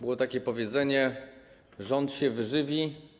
Było takie powiedzenie: rząd się wyżywi.